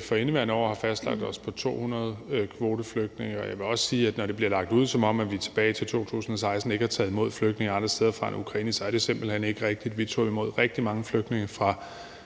for indeværende år har lagt os fast på 200 kvoteflygtninge. Jeg vil også sige, at når det bliver udlagt, som om at vi tilbage til 2016 ikke har taget imod flygtninge fra andre steder end Ukraine, så er det simpelt hen ikke rigtigt. Vi tog imod rigtig mange flygtninge fra